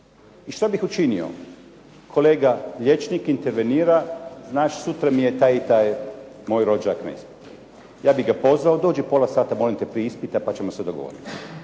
I što bih učinio? Kolega liječnik intervenira: "Znaš sutra mi je taj i taj moj rođak na ispitu." Ja bi ga pozvao: "Dođi pola sata molim te prije ispita pa ćemo se dogovoriti."